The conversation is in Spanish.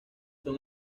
son